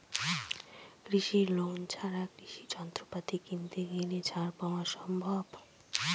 কৃষি লোন ছাড়া কৃষি যন্ত্রপাতি কিনতে গেলে ছাড় পাওয়া সম্ভব?